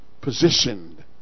positioned